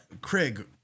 Craig